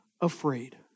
afraid